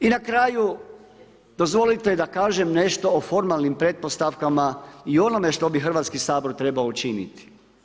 I na kraju, dozvolite da kažem nešto o formalnim pretpostavkama i onome što bi Hrvatski sabor trebao učiniti.